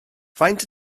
faint